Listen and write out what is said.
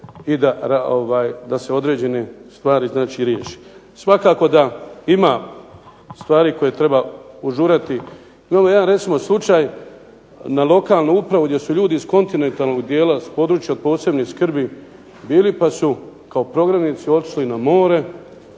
i da se određene stvari znači riješe. Svakako da ima stvari koje treba požuriti. Imamo jedan recimo slučaj na lokalnu upravu gdje su ljudi iz kontinentalnog dijela s područja posebne skrbi bili pa su kao prognanici otišli na more